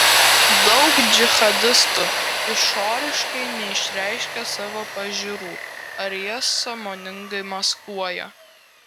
daug džihadistų išoriškai neišreiškia savo pažiūrų ar jas sąmoningai maskuoja